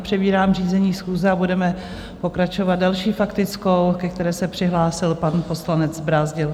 Přebírám řízení schůze a budeme pokračovat další faktickou, ke které se přihlásil pan poslanec Brázdil.